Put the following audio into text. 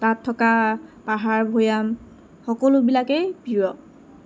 তাত থকা পাহাৰ ভৈয়াম সকলোবিলাকেই প্ৰিয়